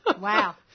Wow